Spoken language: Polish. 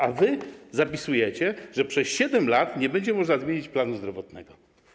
A wy zapisujecie, że przez 7 lat nie będzie można zmienić planu zdrowotnego.